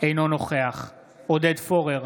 אינו נוכח עודד פורר,